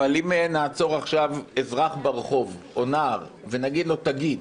אבל אם נעצור עכשיו אזרח ברחוב או נער ונגיד לו: תגיד,